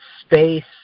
space